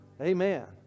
amen